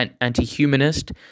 anti-humanist